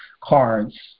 cards